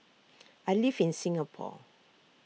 I live in Singapore